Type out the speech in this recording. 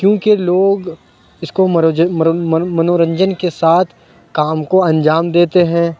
کیوں کہ لوگ اِس کو منورنجن کے ساتھ کام کو انجام دیتے ہیں